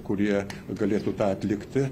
kurie galėtų tą atlikti